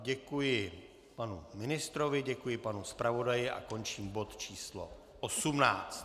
Děkuji panu ministrovi, děkuji panu zpravodaji a končím bod číslo 18.